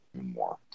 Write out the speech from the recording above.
more